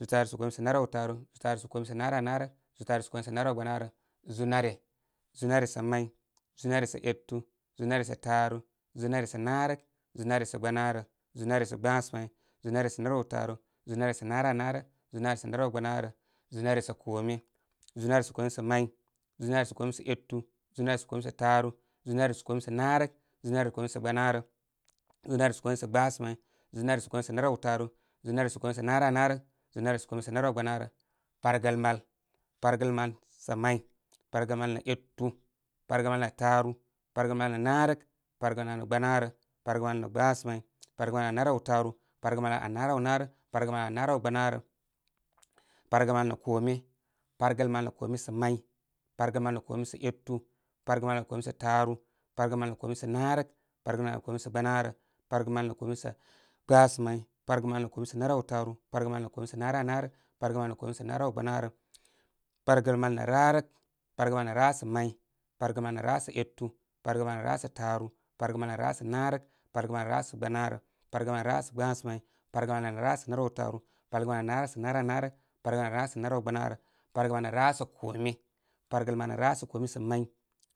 Zūū taare sa kome sa naraw taaru, zūū taare sa kome sa naraw naarək, zūū taare sa kome sa naaraw gba naarə, zūū nare. Zūū nare sa may, zūū nare sa etu, zūū nare sa taaru, zūū nare sa naarturnk, zūū nare sa gbanaarə, zūū nare sa gbasamay, zūū nare naraw taaru, zūū nare sa naraw naarək, zūū nare sa naraw gbanaarə, zūū nare sa kome. Zūū naresa kome sa may, zūū nare sa kome sa etu, zūū sa komesa taaru, zūū nare sa kome sa naarək, zūū nare sa koma sa gbamanrə, zūū nare sa kome sa gbasa may, zuarūnare sa konu sa naraw taaru, zūū nare sa koma sa nara naarək, zūū nare sa kome sa naraw gbanaarə, pargəl mal. Pargəl mai sat may, pargəl mal nə etu, pargəl nə' taaru, pargəl mal nə naarək, pargəl mal nə' gbamarə, pargəl mal nə' naraw taaru, pargəl mal nə anaraw naa rək pargəl mal nə' kome. Pargəl mal nə kəme sa may pargəl mal nə' kome sa etu, pargəl mal nə kome sa taatu, pargəl mal nə kome sa naarək, pargal mal nə kome sa gbanaalə, pargəl mal nə komesa gbasamay pargəl mal nə kome sa naraw taaru pargəl mal nə komesa naranaa rək, pargəl nə komesa narawgbanaarə, pargənl mal nə' rarək. Pargəl mal nə rarək sa may, pargəl mal nə' rarək sa etu, pargəl mal nə' rarək sa taaru, palgəl mal nə' rarək sa gbanamə, pargəl mal nə rarək sa gbanamə, pargəl mal nə rarək sa gbasa may, pargəl mal natuarn rarəksa etu, pargəl mal nə rarək sa taaru, pargəl mal nə rarək sa naarək, pargəl mal nə rarək sa gbaunaarə, pargal sa rarəkaa gbasamay, pargəl mal nə rarək sa narawtaaru, pargəl nə rarək sa rarək sa naranaarək, pargəl mal nə rarək sanaraw gbanaarə, pargəl mal nə rarək sa kome. pargəl mal nə rarək sa kome sa may,